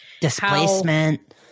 displacement